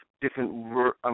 different